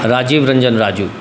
Rajiv Ranjan Raju